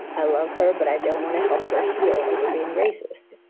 i love her, but i don't want to help her heal over being racist.